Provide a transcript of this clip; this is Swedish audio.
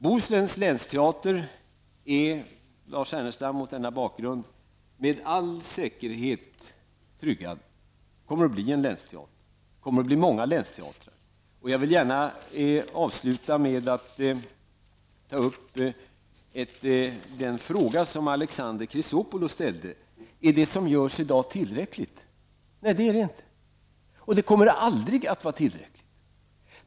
Bohusläns länsteater är, Lars Ernestam, mot denna bakgrund med all säkerhet tryggad. Det kommer att bli en länsteater. Det kommer att bli många länsteatrar. Jag vill gärna avsluta med att ta upp den fråga som Alexander Chrisopoulos ställde: Är det som görs i dag tillräckligt? Nej, det är inte det. Det kommer aldrig att vara tillräckligt.